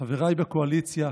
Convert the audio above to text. חבריי בקואליציה,